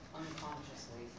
unconsciously